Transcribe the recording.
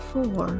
Four